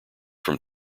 from